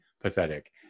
pathetic